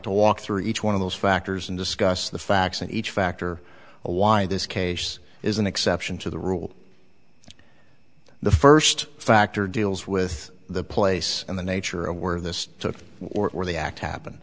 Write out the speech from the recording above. to walk through each one of those factors and discuss the facts in each factor why this case is an exception to the rule the first factor deals with the place and the nature of where this took or the act happen